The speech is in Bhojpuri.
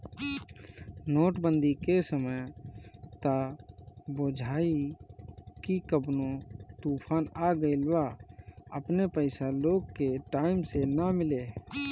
नोट बंदी के समय त बुझाए की कवनो तूफान आ गईल बा अपने पईसा लोग के टाइम से ना मिले